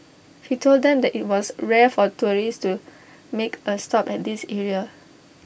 he told them that IT was rare for tourists to make A stop at this area